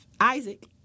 Isaac